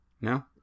No